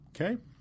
Okay